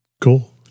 cool